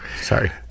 Sorry